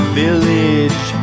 village